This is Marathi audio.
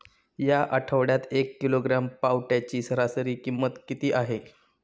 या आठवड्यात एक किलोग्रॅम पावट्याची सरासरी किंमत किती आहे?